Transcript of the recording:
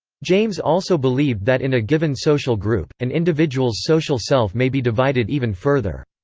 james also believed that in a given social group, an individual's social self may be divided even further.